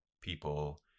people